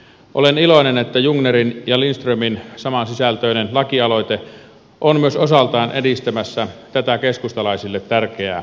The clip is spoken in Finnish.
olen iloinen että jungnerin ja lindströmin samansisältöinen lakialoite on myös osaltaan edistämässä tätä keskustalaisille tärkeää asiaa